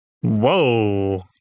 whoa